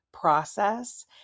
process